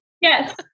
yes